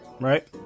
right